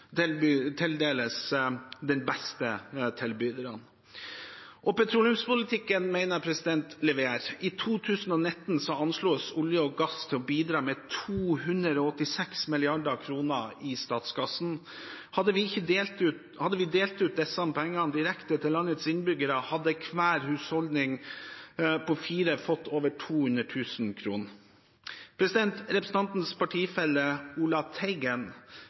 tildeles de beste tilbyderne. Petroleumspolitikken mener jeg leverer. I 2019 anslås olje og gass å bidra med 286 mrd. kr i statskassen. Hadde vi delt ut disse pengene direkte til landets innbyggere, hadde hver husholdning på fire fått over 200 000 kr. Representantens partifelle, Ola Teigen,